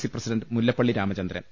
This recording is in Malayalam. C president Mullappally Ramachandran